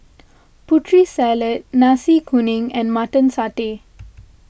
Putri Salad Nasi Kuning and Mutton Satay